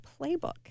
playbook